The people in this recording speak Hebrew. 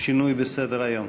השינוי בסדר-היום.